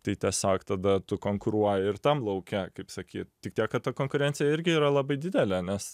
tai tiesiog tada tu konkuruoji ir tam lauke kaip sakyt tik tiek kad ta konkurencija irgi yra labai didelė nes